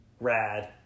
Rad